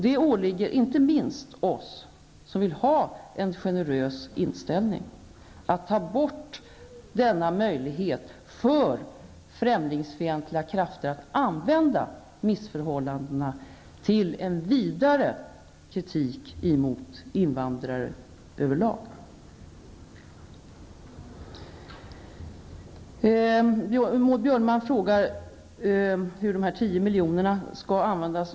Det åligger inte minst oss som vill ha en generös inställning till flyktingar att ta bort den möjlighet som främlingsfientliga krafter nu har att använda missförhållandena till en vidare kritik mot invandrare över lag. Maud Björnemalm frågar hur de tio miljonerna skall användas.